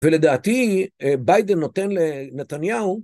ולדעתי ביידן נותן לנתניהו